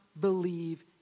believe